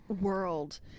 world